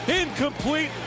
incomplete